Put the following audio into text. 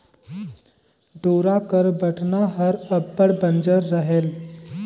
डोरा कर बटना हर अब्बड़ बंजर रहेल